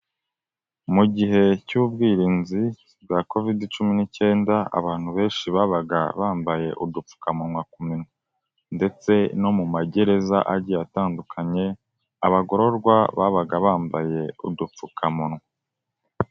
Mu gihe cy'ubwirinzi bwa Covid cumi n'icyenda abantu benshi babaga bambaye udupfukamunwa ku minwa. Ndetse no mu magereza agiye atandukanye abagororwa babaga bambaye udupfukamunwa.